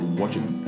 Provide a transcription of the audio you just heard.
watching